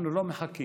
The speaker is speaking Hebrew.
אנחנו לא מחכים.